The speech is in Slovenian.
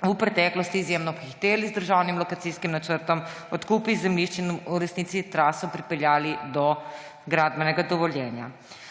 v preteklosti izjemno pohiteli z državnim lokacijskim načrtom, odkupi zemljišč in v resnici traso pripeljali do gradbenega dovoljenja.